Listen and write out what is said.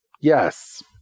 yes